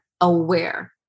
aware